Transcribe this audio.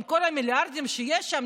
עם כל המיליארדים שיש שם,